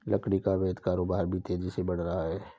लकड़ी का अवैध कारोबार भी तेजी से बढ़ रहा है